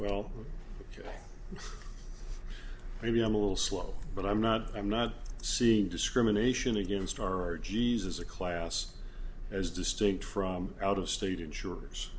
well maybe i'm a little slow but i'm not i'm not seeing discrimination against or g s as a class as distinct from out of state insur